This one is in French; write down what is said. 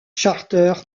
charter